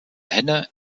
henne